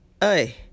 Hey